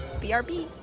BRB